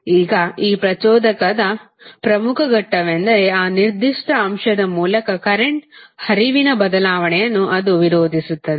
ಈಗ ಈ ಪ್ರಚೋದಕದ ಪ್ರಮುಖ ಘಟ್ಟವೆಂದರೆ ಆ ನಿರ್ದಿಷ್ಟ ಅಂಶದ ಮೂಲಕ ಕರೆಂಟ್ ಹರಿವಿನ ಬದಲಾವಣೆಯನ್ನು ಅದು ವಿರೋಧಿಸುತ್ತದೆ